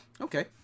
Okay